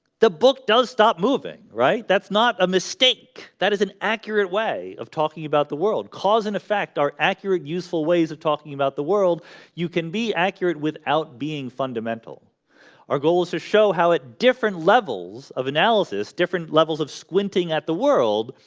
the book does stop moving, right? that's not a mistake that is an accurate way of talking about the world cause and effect are accurate useful ways of talking about the world you can be accurate without being fundamental our goal is to show how at different levels of analysis different levels of squinting at the world?